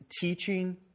teaching